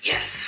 Yes